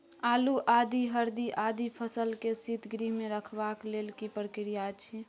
आलू, आदि, हरदी आदि फसल के शीतगृह मे रखबाक लेल की प्रक्रिया अछि?